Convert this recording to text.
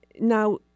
Now